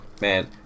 Man